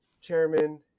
chairman